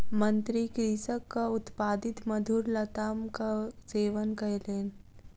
मंत्री कृषकक उत्पादित मधुर लतामक सेवन कयलैन